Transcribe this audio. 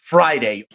Friday